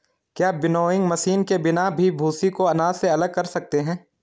क्या winnowing machine के बिना भी भूसी को अनाज से अलग कर सकते हैं?